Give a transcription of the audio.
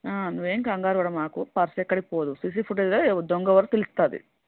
నువ్వేం కంగారుపడమాకు పర్స్ ఎక్కడికి పోదు సీసీ ఫుటేజ్లో దొంగ ఎవరో తెలుస్తుంది